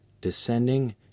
descending